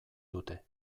dute